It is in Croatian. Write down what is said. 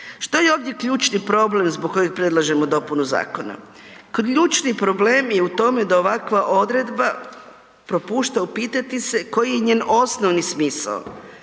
Što je ovdje ključni problem zbog kojeg predlažemo dopunu zakona? Ključni problem je u tome da ovakva odredba propušta upitati se koji je njen osnovni smisao.